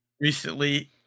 Recently